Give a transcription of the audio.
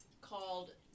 called